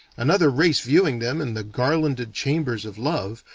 another race viewing them in the garlanded chambers of love,